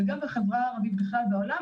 וגם בחברה הערבית בכלל בעולם,